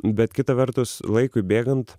bet kitą vertus laikui bėgant